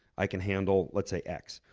i can handle, let's say x.